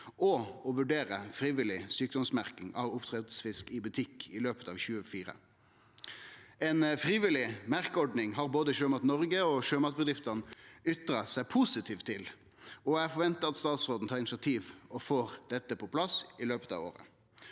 og å vurdere frivillig sjukdomsmerking av oppdrettsfisk i butikkane i løpet av 2024. Ei frivillig merkeordning har både Sjømat Norge og sjømatbedriftene ytra seg positivt til, og eg forventar at statsråden tar initiativ og får dette på plass i løpet av året.